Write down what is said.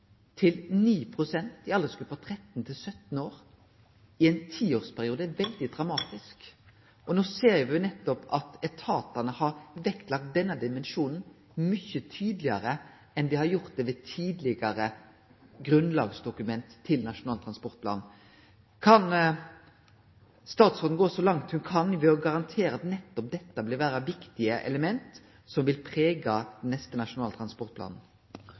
til 9 pst. i aldersgruppa 13–17 år over ein tiårsperiode. Det er veldig dramatisk. No ser me nettopp at etatane har vektlagt denne dimensjonen mykje tydelegare enn det dei har gjort i tidlegare grunnlagsdokument til Nasjonal transportplan. Kan statsråden gå så langt ho kan i å garantere at nettopp dette vil vere viktige element som vil prege neste Nasjonal transportplan?